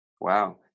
Wow